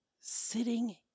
sitting